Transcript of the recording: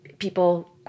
People